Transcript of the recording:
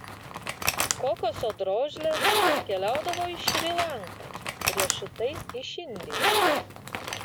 kokoso drožlės keliaudavo iš šri lankos riešutai iš indijos